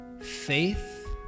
faith